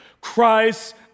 Christ